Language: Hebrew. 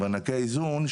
שמענקי האיזון,